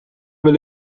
will